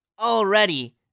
already